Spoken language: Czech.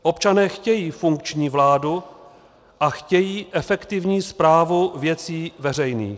Občané chtějí funkční vládu a chtějí efektivní správu věcí veřejných.